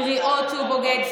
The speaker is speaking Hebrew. קריאות שהוא בוגד,